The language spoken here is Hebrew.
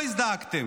על זה לא הזדעקתם.